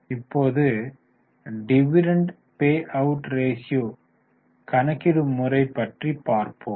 இப்போது dividend payout ratio கணக்கிடுமுறை பற்றி பார்ப்போம்